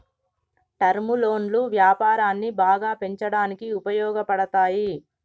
term లోన్లు వ్యాపారాన్ని బాగా పెంచడానికి ఉపయోగపడతాయి